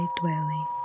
dwelling